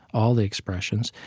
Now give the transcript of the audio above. all the expressions.